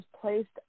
placed